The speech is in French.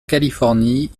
californie